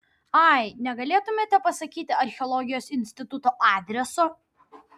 ai negalėtumėte pasakyti archeologijos instituto adreso